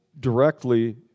directly